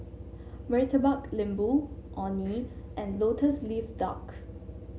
Murtabak Lembu Orh Nee and lotus leaf duck